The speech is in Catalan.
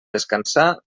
descansar